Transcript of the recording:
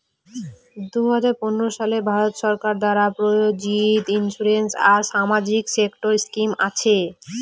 দুই হাজার পনেরো সালে ভারত সরকার দ্বারা প্রযোজিত ইন্সুরেন্স আর সামাজিক সেক্টর স্কিম আছে